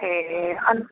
ए